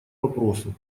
вопросу